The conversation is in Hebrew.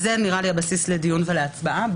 אז זה יהיה הבסיס לדיון ולהצבעה.